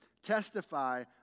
Testify